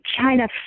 China